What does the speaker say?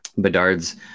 Bedard's